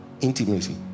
Intimacy